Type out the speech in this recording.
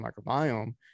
microbiome